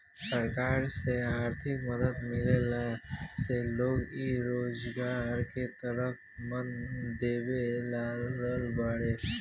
सरकार से आर्थिक मदद मिलला से लोग इ रोजगार के तरफ मन देबे लागल बाड़ें